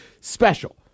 special